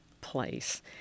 place